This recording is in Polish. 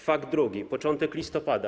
Fakt drugi, początek listopada.